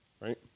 right